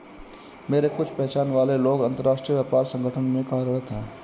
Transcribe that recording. मेरे कुछ पहचान वाले लोग अंतर्राष्ट्रीय व्यापार संगठन में कार्यरत है